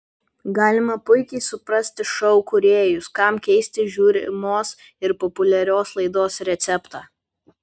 galima puikiai suprasti šou kūrėjus kam keisti žiūrimos ir populiarios laidos receptą